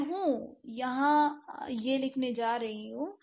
मैं हूँ यह यहाँ लिखने जा रही हूं